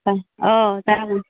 अ जागोन